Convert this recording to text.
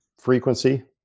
frequency